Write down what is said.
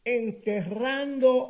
enterrando